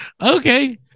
Okay